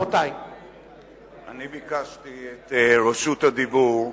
אני ביקשתי את רשות הדיבור,